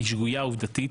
היא שגויה עובדתית.